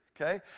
Okay